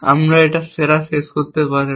আমরা এটা সেরা শেষ করতে পারেন